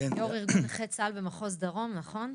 יו"ר ארגון נכי צה"ל במחוז דרום, נכון?